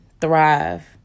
thrive